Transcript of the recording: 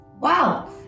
Wow